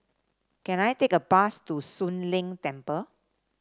can I take a bus to Soon Leng Temple